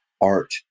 art